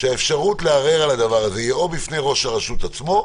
האפשרות לערער על הדבר הזה היא בפני ראש הרשות עצמו,